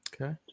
Okay